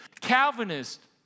Calvinists